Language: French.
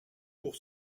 pour